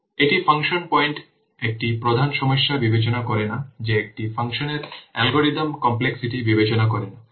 এটি ফাংশন পয়েন্টের একটি প্রধান সমস্যা বিবেচনা করে না যে এটি একটি ফাংশনের অ্যালগরিদম কমপ্লেক্সিটি বিবেচনা করে না